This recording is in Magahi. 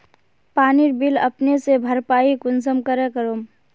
पानीर बिल अपने से भरपाई कुंसम करे करूम?